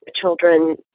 children